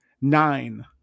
Nine